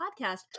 podcast